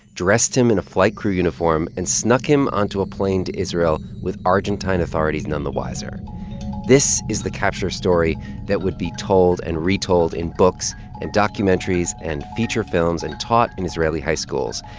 dressed him in a flight crew uniform and snuck him onto a plane to israel with argentine authorities none the wiser this is the capture story that would be told and retold in books and documentaries and feature films and taught in israeli high schools.